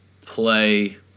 play